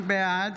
בעד